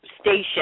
station